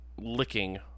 licking